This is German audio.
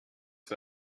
für